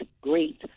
great